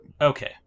Okay